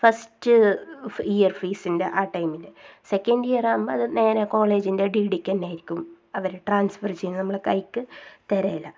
first year ഫീസിൻ്റെ ആ ടൈമിൽ സെക്കൻ്റ് ഇയർ ആവുമ്പോൾ അത് നേരെ കോളേജിൻ്റെ ഡി ഡിക്ക് തന്നെ ആയിരിക്കും അവർ ട്രാസ്ഫെർ ചെയ്യുന്നത് നമ്മളെ കൈക്ക് തരില്ല